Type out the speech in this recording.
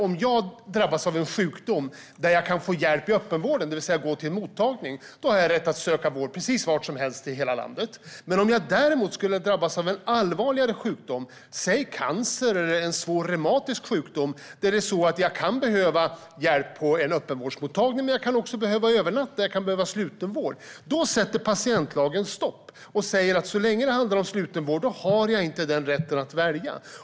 Om jag drabbas av en sjukdom där jag kan få hjälp i öppenvården, det vill säga gå till en mottagning, då har jag rätt att söka vård precis var som helst i hela landet. Om jag däremot skulle drabbas av en allvarligare sjukdom - till exempel cancer eller en svår reumatisk sjukdom - där jag kan behöva hjälp på öppenvårdsmottagning samtidigt som jag kan behöva övernatta, det vill säga slutenvård, då sätter patientlagen stopp. När det handlar om slutenvård har jag inte rätt att välja.